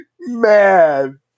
Man